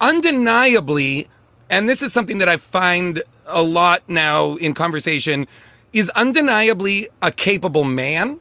undeniably and this is something that i find a lot. now in conversation is undeniably a capable man.